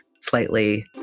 slightly